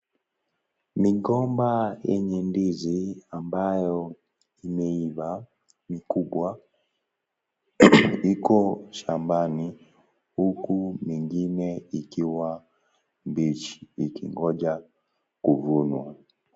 Migomba yenye ndizi ambayo imeiva mikubwa, iko shambani huku mingine ikiwa mbichi ikingoja kuvunwa.